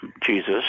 Jesus